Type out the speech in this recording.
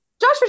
Josh